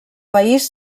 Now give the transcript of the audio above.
país